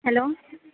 hello